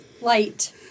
light